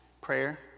prayer